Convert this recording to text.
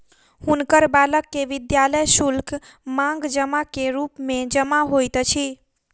हुनकर बालक के विद्यालय शुल्क, मांग जमा के रूप मे जमा होइत अछि